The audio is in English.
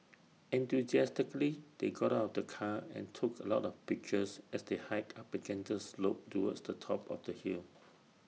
enthusiastically they got out of the car and took A lot of pictures as they hiked up A gentle slope towards the top of the hill